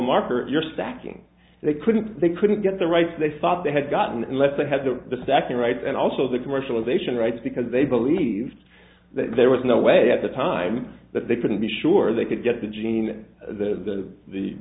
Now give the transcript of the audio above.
marker you're stacking they couldn't they couldn't get the rights they thought they had gotten unless they had the second right and also the commercialization rights because they believed that there was no way at the time that they couldn't be sure they could get the gene the the